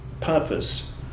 purpose